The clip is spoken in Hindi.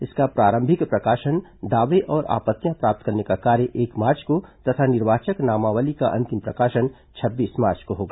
इसका प्रारंभिक प्रकाशन दावे और आपत्तियां प्राप्त करने का कार्य एक मार्च को तथा निर्वाचक नामावली का अंतिम प्रकाशन छब्बीस मार्च को होगा